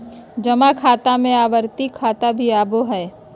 जमा खाता में आवर्ती खाता भी आबो हइ